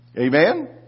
Amen